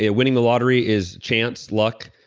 ah winning the lottery is chance, luck.